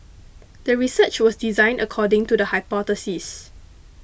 the research was designed according to the hypothesis